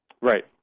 Right